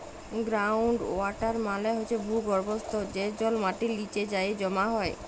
ground water মালে হছে ভূগর্ভস্থ যে জল মাটির লিচে যাঁয়ে জমা হয়